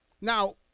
Now